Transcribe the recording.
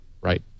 Right